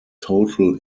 total